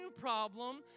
problem